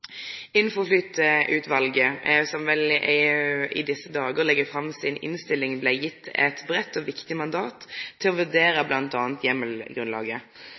som vel i desse dagar legg fram si innstilling, blei gjeve eit breitt og viktig mandat til å vurdere